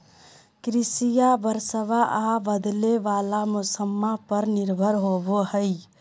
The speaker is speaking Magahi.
कृषिया बरसाबा आ बदले वाला मौसम्मा पर निर्भर रहो हई